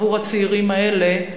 עבור הצעירים האלה,